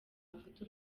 afata